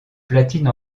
platine